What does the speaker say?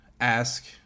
ask